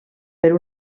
per